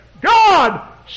God